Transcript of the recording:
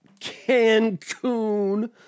cancun